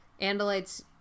Andalites